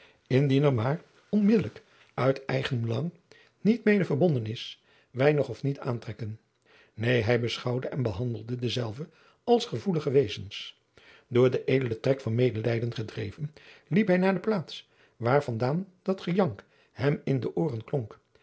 er maar onmiddelijk hun eigenbelang niet mede verbonden is weinig of niet aantrekken neen hij beschouwde en behandelde dezelve als gevoelige wezens door den edelen trek van medelijden gedreven liep hij naar de plaats waar van daan dat gejank hem in de ooren klonk